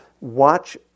watch